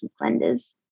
lenders